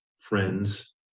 friends